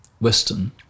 Western